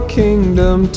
kingdom